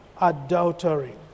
adultery